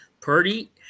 Purdy